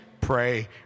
pray